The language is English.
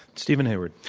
steven hayward.